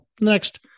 next